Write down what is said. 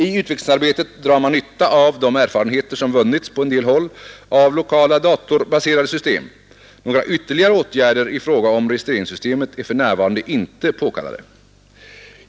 I utvecklingsarbetet drar man nytta av de erfarenheter som vunnits på en del håll av lokala datorbaserade system. Några ytterligare åtgärder i fråga om registreringssystemet är för närvarande inte påkallade.